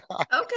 Okay